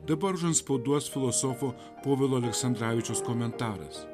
dabar užantspauduos filosofo povilo aleksandravičiaus komentaras